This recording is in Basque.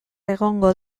egongo